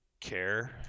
care